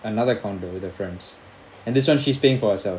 another condo with her friends and this one she's paying for herself